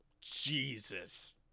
Jesus